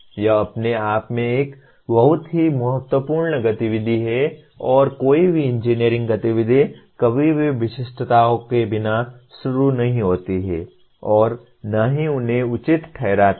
यह अपने आप में एक बहुत ही महत्वपूर्ण गतिविधि है और कोई भी इंजीनियरिंग गतिविधि कभी भी विशिष्टताओं के बिना शुरू नहीं होती है और न ही उन्हें उचित ठहराती है